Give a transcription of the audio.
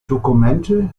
dokumente